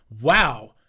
Wow